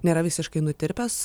nėra visiškai nutirpęs